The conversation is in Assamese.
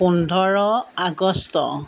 পোন্ধৰ আগষ্ট